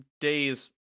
days